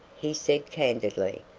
he said candidly,